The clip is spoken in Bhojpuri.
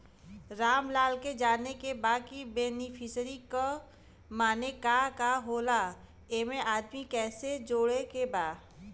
रामलाल के जाने के बा की बेनिफिसरी के माने का का होए ला एमे आदमी कैसे जोड़े के बा?